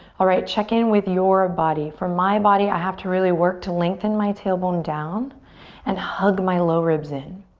alright, check in with your body. for my body i have to really work to lengthen my tailbone down and hug my low ribs in.